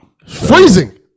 Freezing